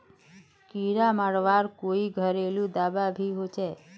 कीड़ा मरवार कोई घरेलू दाबा भी होचए?